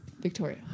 Victoria